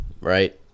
Right